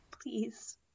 please